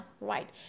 right